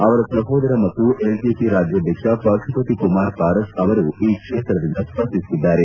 ಅವರ ಸಹೋದರ ಮತ್ತು ಎಲ್ಜೆಪಿ ರಾಜ್ಗಾಧ್ಯಕ್ಷ ಪಶುಪತಿ ಕುಮಾರ್ ಪಾರಸ್ ಅವರು ಈ ಕ್ಷೇತ್ರದಿಂದ ಸ್ಪರ್ಧಿಸುತ್ತಿದ್ದಾರೆ